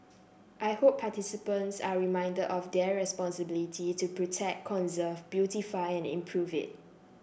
I hope participants are reminded of their responsibility to protect conserve beautify and improve it